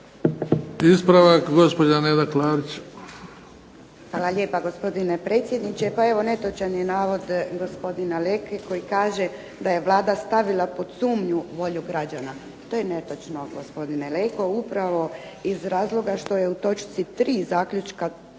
**Klarić, Nedjeljka (HDZ)** Hvala lijepa gospodine predsjedniče. Pa evo netočan je navod gospodina Leke koji kaže da je Vlada stavila pod sumnju volju građana. To je netočno gospodine Leko. Upravo iz razloga što je u točci 3. zaključka